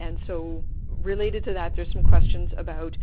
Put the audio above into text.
and so, related to that, there's some questions about